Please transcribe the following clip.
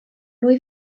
nwy